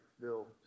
bill